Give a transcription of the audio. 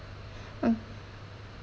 uh